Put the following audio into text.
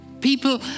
People